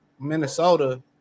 Minnesota